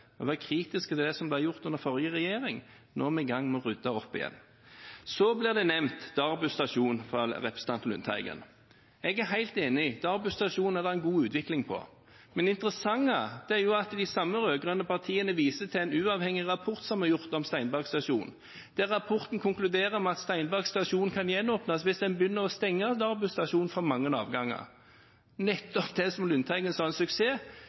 Vi var kritiske til det som ble gjort under forrige regjering. Nå er vi i gang med å rydde opp igjen. Så blir Darbu stasjon nevnt av representanten Lundteigen. Jeg er helt enig: Darbu stasjon er det en god utvikling på. Men det interessante er jo at de rød-grønne partiene viser til en uavhengig rapport som er gjort om Steinberg stasjon, der rapporten konkluderer med at Steinberg stasjon kan gjenåpnes hvis en begynner å stenge Darbu stasjon for mange avganger. Nettopp det som Lundteigen sa var en suksess,